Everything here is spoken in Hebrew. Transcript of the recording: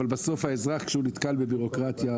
אבל בסוף האזרח כשהוא נתקל בבירוקרטיה,